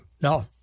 No